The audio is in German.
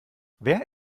wer